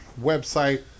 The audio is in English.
website